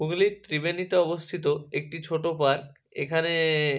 হুগলির ত্রিবেণীতে অবস্থিত একটি ছোটো পার্ক এখানে